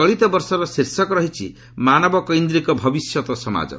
ଚଳିତ ବର୍ଷର ଶୀର୍ଷକ ରହିଛି ମାନବକୈନ୍ଦ୍ରିକ ଭବିଷ୍ୟତ ସମାଜ